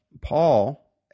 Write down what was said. Paul